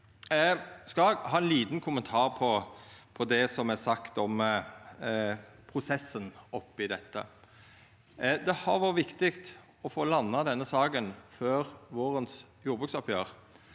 Eg har ein liten kommentar til det som er sagt om prosessen i dette. Det har vore viktig å få landa denne saka før vårens jordbruksoppgjer.